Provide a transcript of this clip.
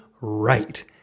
right